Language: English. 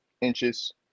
inches